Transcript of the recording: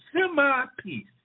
semi-peace